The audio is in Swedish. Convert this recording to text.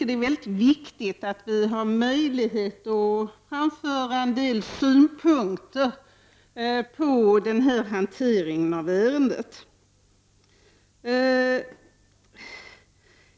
Det är väldigt viktigt att vi har möjlighet att framföra en del synpunkter när det gäller hanteringen av ärendet.